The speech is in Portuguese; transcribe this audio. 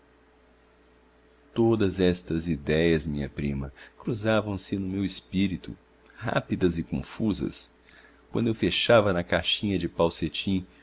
todas estas idéias minha prima cruzavam-se no meu espirito rápidas e confusas enquanto eu fechava na caixinha de pau cetim